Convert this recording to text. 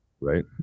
right